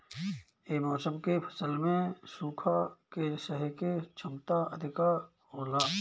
ये मौसम के फसल में सुखा के सहे के क्षमता अधिका होला